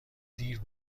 دیر